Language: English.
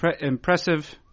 impressive –